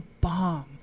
bomb